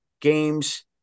games